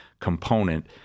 component